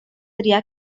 triar